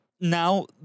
Now